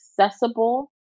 accessible